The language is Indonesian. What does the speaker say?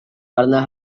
karena